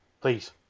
please